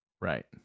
Right